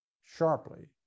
sharply